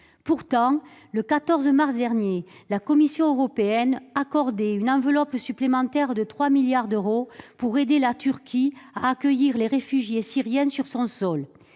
Pourtant, le 14 mars dernier, la Commission européenne dégageait une enveloppe supplémentaire de trois milliards d'euros destinée à aider la Turquie à accueillir les réfugiés syriens sur son sol.